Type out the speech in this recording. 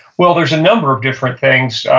well, there's a number of different things.